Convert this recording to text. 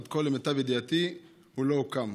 עד כה, למיטב ידיעתי, הוא לא הוקם.